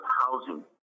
housing